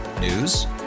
News